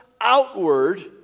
outward